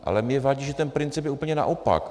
Ale mně vadí, že ten princip je úplně naopak.